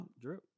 Drip